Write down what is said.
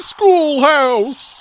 Schoolhouse